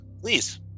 please